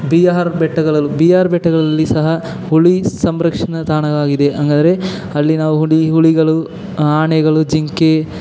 B R ಬೆಟ್ಟಗಳಲ್ಲೂ B R ಬೆಟ್ಟಗಳಲ್ಲಿ ಸಹ ಹುಲಿ ಸಂರಕ್ಷಣಾ ತಾಣವಾಗಿದೆ ಹಂಗದ್ರೆ ಅಲ್ಲಿ ನಾವು ಹುಲಿ ಹುಲಿಗಳು ಆನೆಗಳು ಜಿಂಕೆ